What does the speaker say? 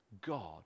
God